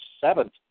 seventh